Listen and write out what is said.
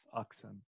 accent